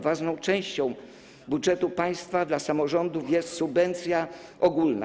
Ważną częścią budżetu państwa dla samorządów jest subwencja ogólna.